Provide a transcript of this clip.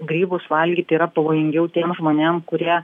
grybus valgyti yra pavojingiau tiem žmonėm kurie